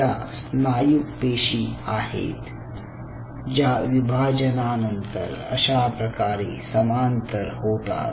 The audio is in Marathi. या स्नायू पेशी आहे ज्या विभाजनानंतर अशाप्रकारे समांतर होतात